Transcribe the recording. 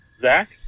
Zach